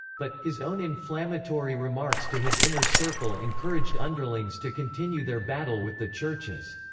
but, his own inflammatory remarks to his inner circle encouraged underlings to continue their battle with the churches.